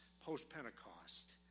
post-Pentecost